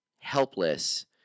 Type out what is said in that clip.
helpless